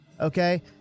okay